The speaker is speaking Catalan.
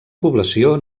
població